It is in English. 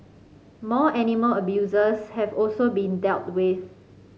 more animal abusers have also been dealt with